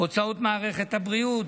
הוצאות מערכת הבריאות,